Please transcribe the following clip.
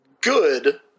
good